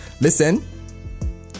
listen